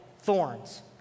thorns